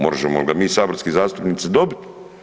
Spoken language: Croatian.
Možemo li ga mi saborski zastupnici dobit?